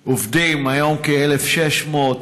עובדים, והיום, כ-1,600.